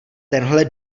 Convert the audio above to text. tenhle